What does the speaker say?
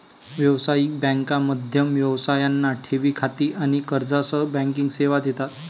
व्यावसायिक बँका मध्यम व्यवसायांना ठेवी खाती आणि कर्जासह बँकिंग सेवा देतात